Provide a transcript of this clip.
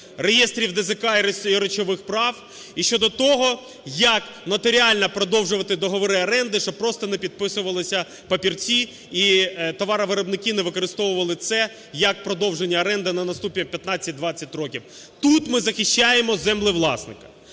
реєстрів ДЗК і речових прав, і щодо того, як нотаріально продовжувати договори оренди, щоб просто не підписувалися папірці, і товаровиробники не використовували це, як продовження оренди на наступні 15-20 років. Тут ми захищаємо землевласника.